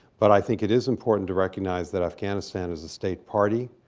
but i think it is important to recognize that afghanistan is a state party